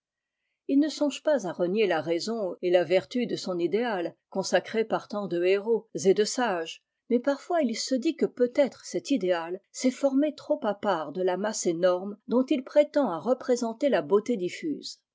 il ne songe pas à renier la raison et la vertu de son idéal consacré par tant de héros et de sages mais parfois il se dit que peut-être cet idéal s'est formé trop à part de la masse énorme dont il prétend à représenter la beauté diffuse